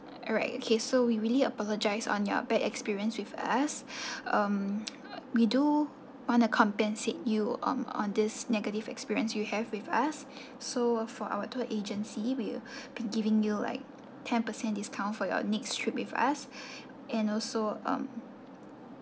alright okay so we really apologise on your bad experience with us um we do want to compensate you on on this negative experience you have with us so for our tour agency we'll be giving you like ten percent discount for your next trip with us and also um